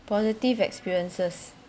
positive experiences